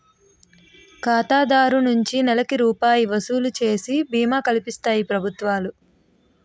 ఖాతాదారు నుంచి నెలకి రూపాయి వసూలు చేసి బీమా కల్పిస్తాయి ప్రభుత్వాలు